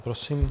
Prosím.